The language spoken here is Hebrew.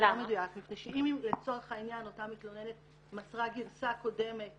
מפני שאם לצורך העניין אותה מתלוננת מסרה גרסה קודמת